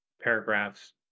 paragraphs